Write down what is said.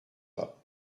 pas